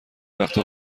وقتا